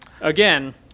again